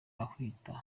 ahita